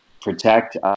protect